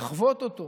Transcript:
לחוות אותו